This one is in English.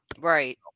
Right